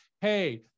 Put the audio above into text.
Hey